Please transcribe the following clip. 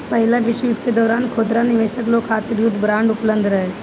पहिला विश्व युद्ध के दौरान खुदरा निवेशक लोग खातिर युद्ध बांड उपलब्ध रहे